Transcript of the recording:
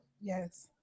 Yes